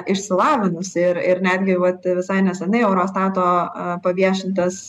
išsilavinusi ir ir netgi vat visai nesenai eurostato paviešintas